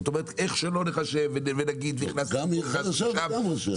זאת אומרת איך שלא נחשב ונגיד --- גם עיר חדשה וגם ראשי ערים.